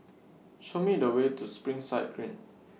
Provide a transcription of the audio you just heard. Show Me The Way to Springside Green